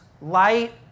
light